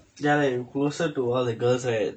ya you closer to all the girls right